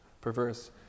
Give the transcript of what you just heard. perverse